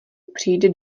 přijde